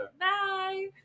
Bye